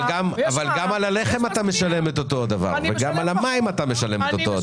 אבל גם על הלחם אתה משלם את אותו דבר וגם על המים אתה משלם אותו דבר.